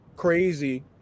crazy